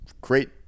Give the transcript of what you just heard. great